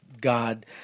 God